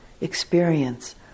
experience